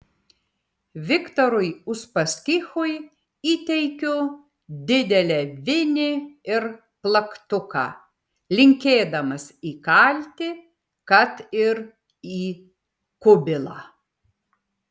viktorui uspaskichui įteikiu didelę vinį ir plaktuką linkėdamas įkalti kad ir į kubilą